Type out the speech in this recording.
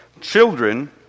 Children